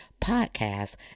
podcast